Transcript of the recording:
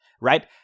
Right